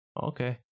Okay